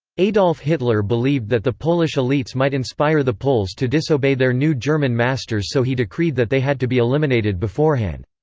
adolf hitler believed that the polish elites might inspire the poles to disobey their new german masters so he decreed that they had to be eliminated beforehand.